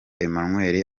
emmanuel